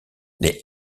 les